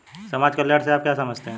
समाज कल्याण से आप क्या समझते हैं?